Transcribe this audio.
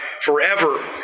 forever